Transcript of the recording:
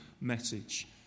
message